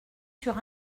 sur